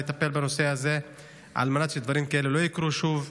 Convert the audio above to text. לטפל בנושא הזה על מנת שדברים כאלה לא יקרו שוב.